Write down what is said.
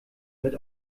mit